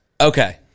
Okay